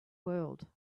world